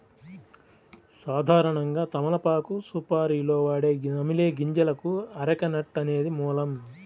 సాధారణంగా తమలపాకు సుపారీలో వాడే నమిలే గింజలకు అరెక నట్ అనేది మూలం